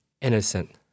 innocent